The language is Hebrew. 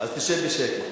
אז תשב בשקט.